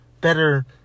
better